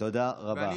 תודה רבה.